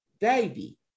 baby